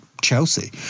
Chelsea